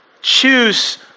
choose